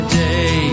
day